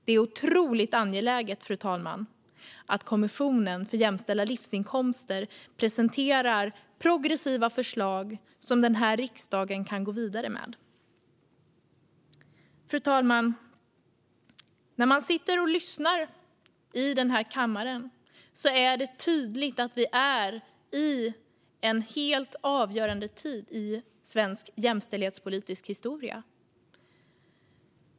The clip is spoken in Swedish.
Det är därför otroligt angeläget att Kommissionen för jämställda livsinkomster presenterar progressiva förslag som riksdagen kan gå vidare med. Fru talman! När man sitter och lyssnar i denna kammare blir det tydligt att vi är i en helt avgörande tid i svensk jämställdhetspolitisk historia.